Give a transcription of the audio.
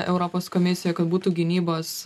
europos komisijoj kad būtų gynybos